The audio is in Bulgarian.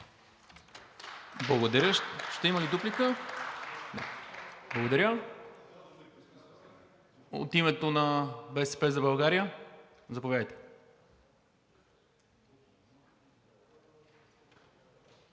Благодаря. Ще има ли дуплика? Благодаря. От името на „БСП за България“ – заповядайте.